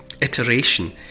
iteration